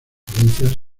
provincias